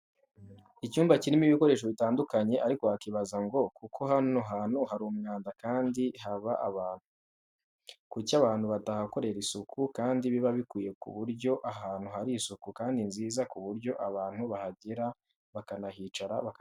Icyumba kirimo ibikoresho bitandukanye ariko wakwibanza ngo kuko hano hantu hari umwanda kandi haba abantu, kuki abantu batahakorera isuku, kandi biba bikwiye ku buryo ahantu hari isuku kandi nziza ku buryo abantu bahagera bakahicara bakaryoherwa.